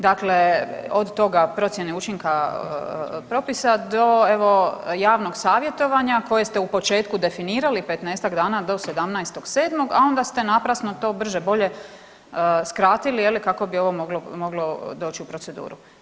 Dakle, od toga procjene učinka propisa do evo javnog savjetovanja koje ste u početku definirali 15-tak dana do 17.7., a onda ste naprasno to brže bolje skratili je li kako bi ovo moglo, moglo doći u proceduru.